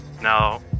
now